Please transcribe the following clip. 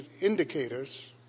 indicators